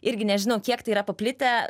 irgi nežinau kiek tai yra paplitę